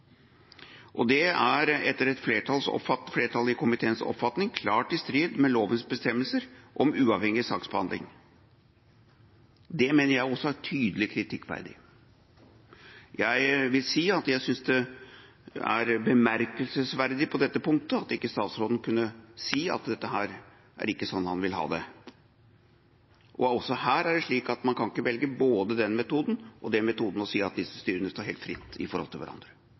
Etter flertallet i komiteens oppfatning er det klart i strid med lovens bestemmelser om uavhengig saksbehandling. Det mener jeg også er tydelig kritikkverdig. Jeg vil si at jeg synes det er bemerkelsesverdig på dette punktet at ikke statsråden kunne si at dette er ikke sånn han vil ha det. Også her er det slik at man kan ikke velge både den metoden og den metoden, og si at disse styrene står helt fritt i forhold til hverandre,